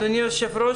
אדוני היו"ר,